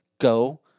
Go